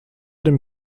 dem